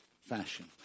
fashion